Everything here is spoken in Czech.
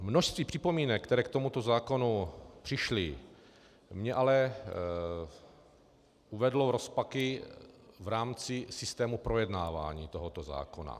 Množství připomínek, které k tomuto zákonu přišlo, mě ale uvedlo v rozpaky v rámci systému projednávání tohoto zákona.